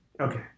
okay